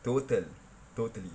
total totally